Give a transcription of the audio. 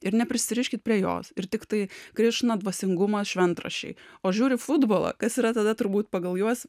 ir neprisiriškit prie jos ir tiktai krišna dvasingumas šventraščiai o žiūri futbolą kas yra tada turbūt pagal juos